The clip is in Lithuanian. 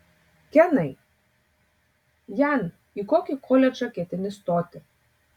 kenai jan į kokį koledžą ketini stoti